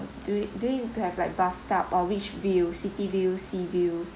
do you do you need to have like bathtub or which view city view sea view